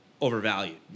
overvalued